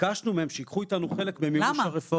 ביקשנו שייקחו אתנו חלק במימוש הרפורמה.